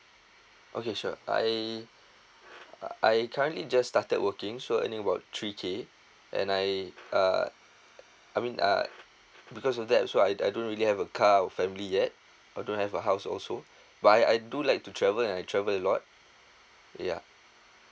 okay sure I I currently just started working so earning about three K and I uh I mean uh because of that so I I don't really have a car or family yet I don't have a house also but I I do like to travel and I travel a lot yeah